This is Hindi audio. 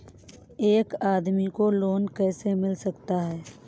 एक आदमी को लोन कैसे मिल सकता है?